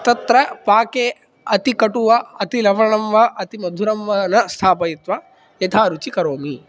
तत्र पाके अतिकटुः वा अतिलवणं वा अतिमधुरं वा न स्थापयित्वा यथारुचि करोमि